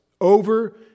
over